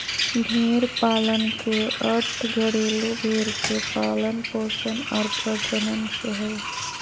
भेड़ पालन के अर्थ घरेलू भेड़ के पालन पोषण आर प्रजनन से हइ